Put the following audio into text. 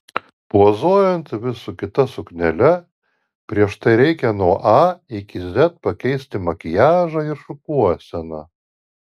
pozuojant vis su kita suknele prieš tai reikia nuo a iki z pakeisti makiažą ir šukuoseną